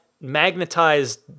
magnetized